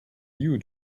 you